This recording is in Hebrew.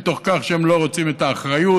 מתוך כך שהם לא רוצים את האחריות,